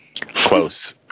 Close